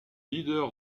leader